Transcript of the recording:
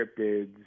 cryptids